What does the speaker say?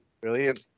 Brilliant